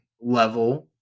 level